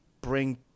bring